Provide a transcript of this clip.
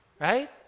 right